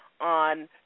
on